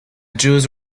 jews